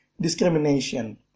discrimination